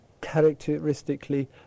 characteristically